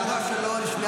אתם הורסים אותו.